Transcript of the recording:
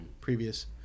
previous